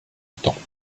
temps